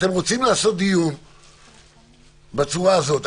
אתם רוצים לעשות דיון בצורה הזאת.